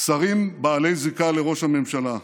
שרים בעלי זיקה לראש הממשלה: